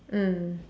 mm